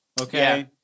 Okay